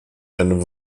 einem